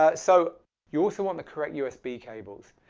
ah so you also want the correct usb cables.